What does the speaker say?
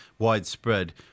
Widespread